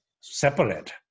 separate